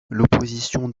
l’opposition